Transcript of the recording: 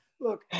look